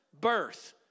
birth